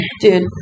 dude